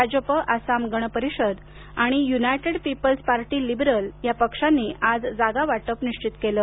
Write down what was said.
भाजप आसाम गण परिषद आणि united people's party liberal या पक्षांनी आज जागा वाटप निश्वित केलं